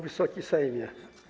Wysoki Sejmie!